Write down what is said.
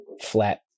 flat